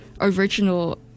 original